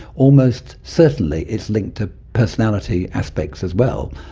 almost certainly it's linked to personality aspects as well.